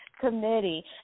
committee